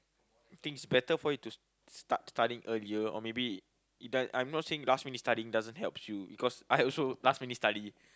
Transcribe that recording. think is better for you to s~ start studying earlier or maybe it d~ I am not saying that last minute studying doesn't helps you because I also last minute study